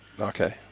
Okay